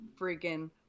freaking